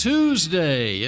Tuesday